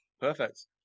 Perfect